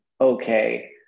okay